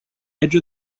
edge